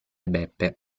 beppe